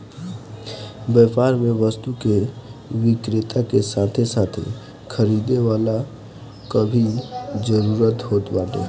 व्यापार में वस्तु के विक्रेता के साथे साथे खरीदे वाला कअ भी जरुरत होत बाटे